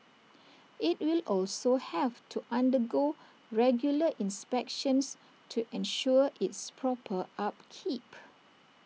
IT will also have to undergo regular inspections to ensure its proper upkeep